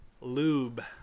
Lube